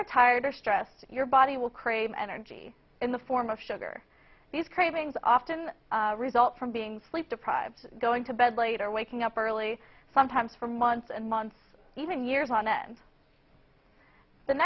are tired or stressed your body will crave energy in the form of sugar these cravings often result from being sleep deprived going to bed late or waking up early sometimes for months and months even years on end the